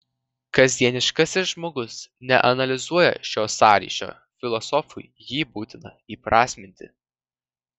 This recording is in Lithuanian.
kasdieniškasis žmogus neanalizuoja šio sąryšio filosofui jį būtina įprasminti